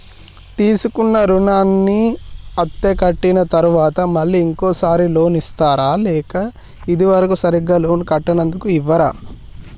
తీసుకున్న రుణాన్ని అత్తే కట్టిన తరువాత మళ్ళా ఇంకో సారి లోన్ ఇస్తారా లేక ఇది వరకు సరిగ్గా లోన్ కట్టనందుకు ఇవ్వరా?